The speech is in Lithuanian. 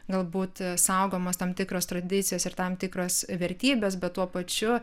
galbūt saugomas tam tikras tradicijas ir tam tikras vertybes bet tuo pačiu